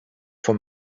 for